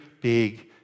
big